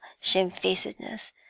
shamefacedness